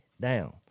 down